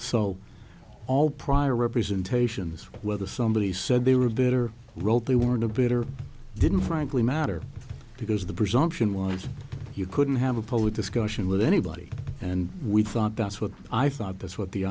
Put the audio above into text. so all prior representations whether somebody said they were better wrote they weren't a bit or didn't frankly matter because the presumption ones you couldn't have a public discussion with anybody and we thought that's what i thought that's what the